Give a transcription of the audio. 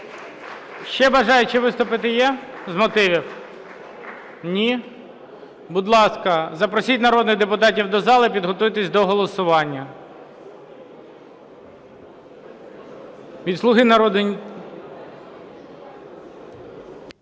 Ще бажаючі виступити є, з мотивів? Ні. Будь ласка, запросіть народних депутатів до зали. Підготуйтесь до голосування.